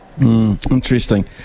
Interesting